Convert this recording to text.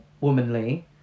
womanly